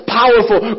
powerful